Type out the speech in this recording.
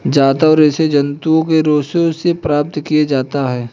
जांतव रेशे जंतुओं के रेशों से प्राप्त किया जाता है